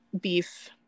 beef